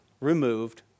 removed